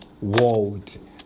world